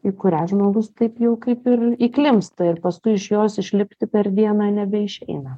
į kurią žmogus taip jau kaip ir įklimpsta ir paskui iš jos išlipti per dieną nebeišeina